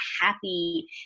happy